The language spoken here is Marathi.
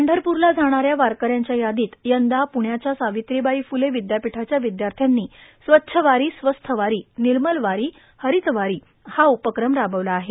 पंढरपूरला जाणाऱ्या वारकऱ्यांच्या वारीत यंदा पुष्याच्या सावित्रीवाई फूले विद्यापीठाच्या विद्यार्थ्यांनी स्वच्छ वारी स्वस्थ वारी निर्मल वारी आणि हरित वारी हा उपक्रम राबवला आहे